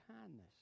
kindness